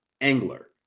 angler